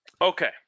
Okay